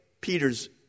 Peter's